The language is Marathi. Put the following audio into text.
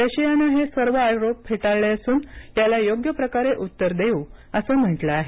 रशियानं हे सर्व आरोप फेटाळले असून याला योग्य प्रकारे उत्तर देऊ असं म्हटलं आहे